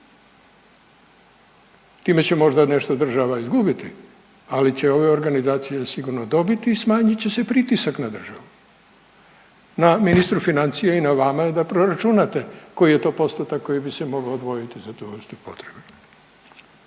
time će možda nešto država izgubiti, ali će ove organizacije sigurno dobiti i smanjit će se pritisak na državu, na ministru financija i na vama je da proračunate koji je to postotak koji bi se mogao odvojiti za tu vrstu potrebe.